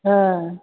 हँ